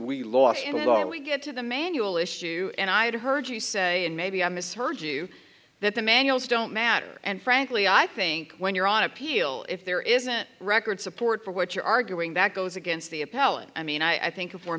we lost we get to the manual issue and i heard you say and maybe i misheard you that the manuals don't matter and frankly i think when you're on appeal if there isn't record support for what you're arguing that goes against the appellant i mean i think of